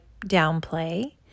downplay